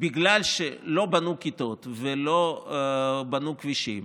בגלל שלא בנו כיתות ולא בנו כבישים,